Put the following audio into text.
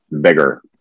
bigger